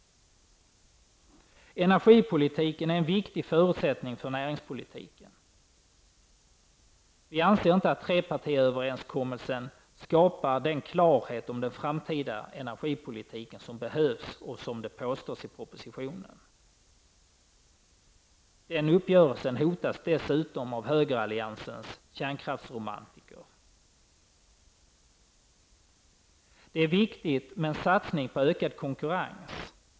Energipolitiken är en viktig förutsättning för näringspolitiken. Vi anser inte att trepartiöverenskommelsen skapar den klarhet om den framtida energipolitiken som behövs och som det påstås i propositionen. Den uppgörelsen hotas dessutom av högeralliansens kärnkraftsromantiker. Det är viktigt med satsning på ökad konkurrens.